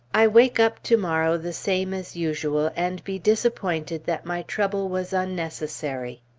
i wake up to-morrow the same as usual, and be disappointed that my trouble was unnecessary.